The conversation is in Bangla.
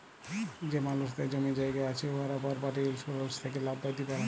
যে মালুসদের জমি জায়গা আছে উয়ারা পরপার্টি ইলসুরেলস থ্যাকে লাভ প্যাতে পারে